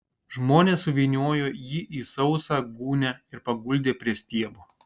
žmonės suvyniojo jį į sausą gūnią ir paguldė prie stiebo